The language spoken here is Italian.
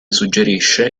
suggerisce